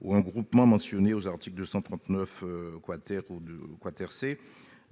ou un groupement mentionné aux articles 239 ou 239 C,